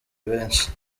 benshi